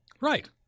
Right